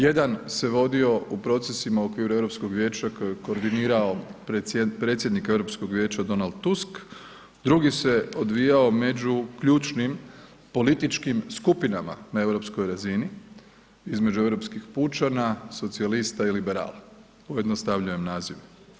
Jedan se vodio u procesima u okviru Europskog vijeća kojim je koordinirao predsjednik Europskog vijeća Donald Tusk, drugi se odvijao među ključnim političkim skupinama na europskoj razini između europskih pučana, socijalista i liberala, pojednostavljujem naziv.